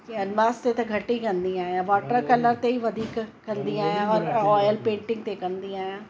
canvas ते त घटि ई कंदी आहियां वॉटर कलर ते ई वधीक कंदी आहियां ऑयल पेंटिंग ते कंदी आहियां